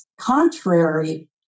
contrary